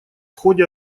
ходе